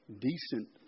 decent